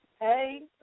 Hey